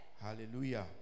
Hallelujah